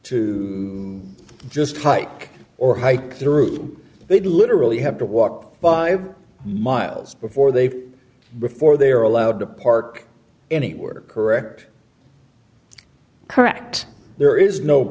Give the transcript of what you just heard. to just hike or hike through they literally have to walk five miles before they before they are allowed to park in it were correct correct there is no